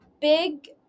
big